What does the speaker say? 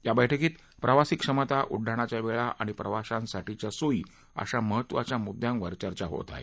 या बैठकीत प्रवासी क्षमता उड्डाणाच्या वेळा आणि प्रवाशांसाठीच्या सोयी अशा महत्वाच्या मुद्यांवर चर्चा होत आहे